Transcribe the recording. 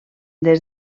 des